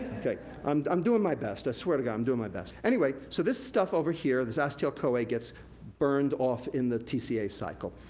um i'm doin' my best, i swear to god, i'm doing my best. anyway, so this stuff over here, this acetyl-coa, gets burned off in the tca cycle.